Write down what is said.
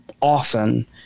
often